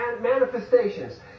manifestations